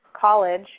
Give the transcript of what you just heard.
college